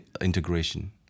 integration